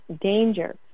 danger